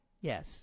yes